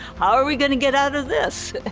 how are we gonna get out of this?